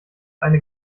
eine